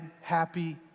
happy